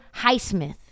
Highsmith